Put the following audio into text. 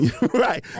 right